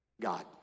God